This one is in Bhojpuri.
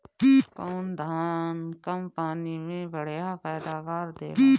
कौन धान कम पानी में बढ़या पैदावार देला?